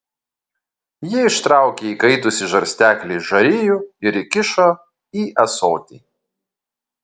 ji ištraukė įkaitusį žarsteklį iš žarijų ir įkišo į ąsotį